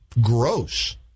gross